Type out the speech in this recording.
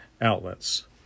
outlets